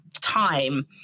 time